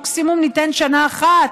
מקסימום ניתן שנה אחת,